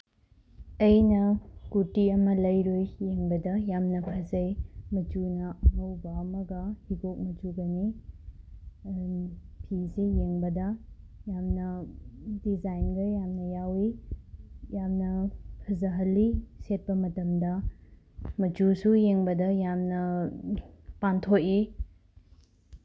ꯑꯩꯅ ꯀꯨꯔꯇꯤ ꯑꯃ ꯂꯩꯔꯨꯏ ꯌꯦꯡꯕꯗ ꯌꯥꯝꯅ ꯐꯖꯩ ꯃꯆꯨꯅ ꯑꯉꯧꯕ ꯑꯃꯒ ꯍꯤꯒꯣꯛ ꯃꯆꯨꯒꯅꯤ ꯑꯗꯨꯝ ꯐꯤꯁꯦ ꯌꯦꯡꯕꯗ ꯌꯥꯝꯅ ꯗꯤꯖꯥꯏꯟꯒ ꯌꯥꯝꯅ ꯌꯥꯎꯋꯤ ꯌꯥꯝꯅ ꯐꯖꯍꯜꯂꯤ ꯁꯦꯠꯄ ꯃꯇꯝꯗ ꯃꯆꯨꯁꯨ ꯌꯦꯡꯕꯗ ꯌꯥꯝꯅ ꯄꯥꯟꯊꯣꯛꯏ